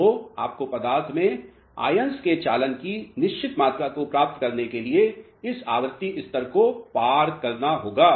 तो आपको पदार्थ में ions के चालन की निश्चित मात्रा को प्राप्त करने के लिए इस आवृत्ति स्तर को पार करना होगा